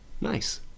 Nice